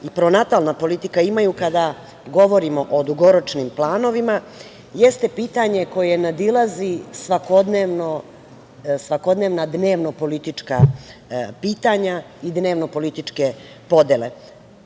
i pronatalna politika imaju kada govorimo o dugoročnim planovima jeste pitanje koje nadilazi svakodnevna dnevno politička pitanja i dnevno političke podele. Svima